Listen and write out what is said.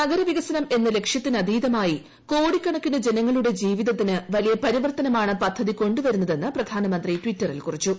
നഗരവികസനം എന്ന ലക്ഷ്യത്തിനതീതമായി കോടിക്കണക്കിന് ജനങ്ങളുടെ ജീവിതത്തിന് വലിയ പരിവർത്തനമാണ് പദ്ധതി കൊണ്ടുവരുന്നതെന്ന് പ്രധാനമന്ത്രി ടിറ്ററിൽ കുറിച്ചു